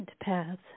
paths